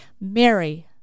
mary